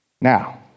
Now